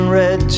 red